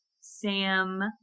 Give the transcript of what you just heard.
Sam